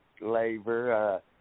labor